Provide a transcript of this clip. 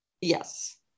yes